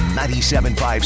97.5